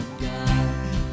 God